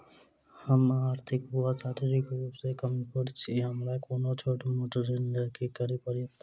हम आर्थिक व शारीरिक रूप सँ कमजोर छी हमरा कोनों छोट मोट ऋण लैल की करै पड़तै?